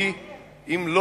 ומי הם?